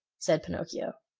said pinocchio.